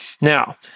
Now